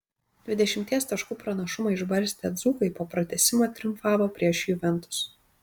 dvidešimties taškų pranašumą išbarstę dzūkai po pratęsimo triumfavo prieš juventus